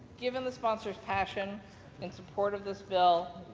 given the sponsor's passion and support of this bill,